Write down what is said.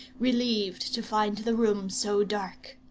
relieved to find the room so dark.